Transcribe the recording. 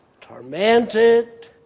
Tormented